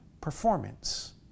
performance